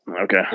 okay